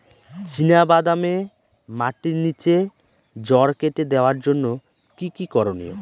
চিনা বাদামে মাটির নিচে জড় কেটে দেওয়ার জন্য কি কী করনীয়?